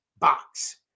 box